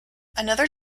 another